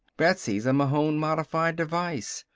betsy's a mahon-modified device.